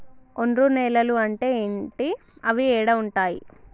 ఒండ్రు నేలలు అంటే ఏంటి? అవి ఏడ ఉంటాయి?